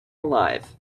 alive